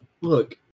Look